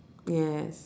yes